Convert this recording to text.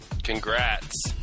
congrats